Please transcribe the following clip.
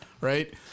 Right